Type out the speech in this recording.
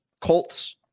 Colts